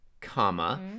comma